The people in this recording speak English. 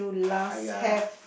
!aiya!